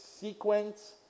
sequence